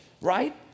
Right